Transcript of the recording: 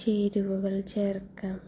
ചേരുവകൾ ചേർക്കാം